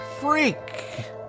Freak